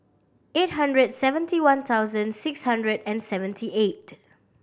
eight hundred seventy one thousand six hundred and seventy eight